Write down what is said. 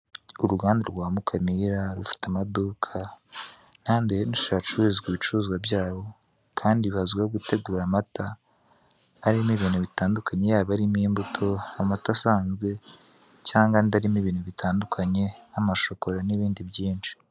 Uruganda rwa Mukamira rufite amaduka n'ahandi henshi hacururizwa ibicuruzwa byabo kandi bazwiho gutegura amata harimo ibintu bitandukanye yaba arimo imbuto, amata asanzwe cyangwa andi arimo ibintu bitandukanye nk'amashokora n'ibindi byinshi.